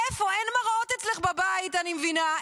אין מראות אצלך בבית, אני מבינה.